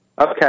Okay